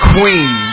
Queen